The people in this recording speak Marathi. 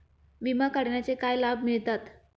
विमा काढण्याचे काय लाभ मिळतात?